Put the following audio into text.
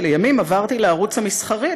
שלימים עברתי לערוץ המסחרי,